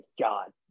god